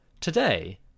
Today